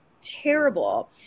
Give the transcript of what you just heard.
terrible